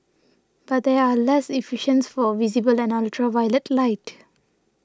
but they are less efficient for visible and ultraviolet light